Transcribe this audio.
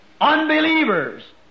unbelievers